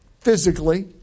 physically